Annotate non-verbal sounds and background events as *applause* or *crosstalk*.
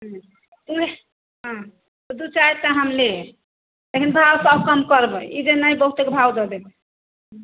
हम्म *unintelligible* हम्म तऽ दू चारि टा हम लेब लेकिन भाव थोड़ा कम करबै ई नहि जे बहुतेके भाव दऽ देबै